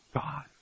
God